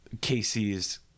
Casey's